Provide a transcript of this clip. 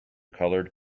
colored